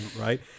right